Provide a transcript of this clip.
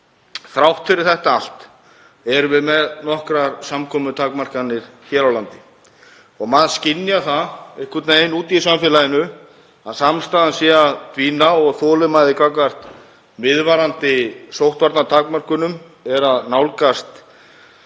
Þrátt fyrir þetta allt erum við með nokkrar samkomutakmarkanir hér á landi. Maður skynjar það einhvern veginn úti í samfélaginu að samstaðan sé að dvína og þolinmæði gagnvart viðvarandi sóttvarnatakmörkunum er að nálgast